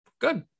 Good